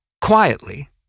quietly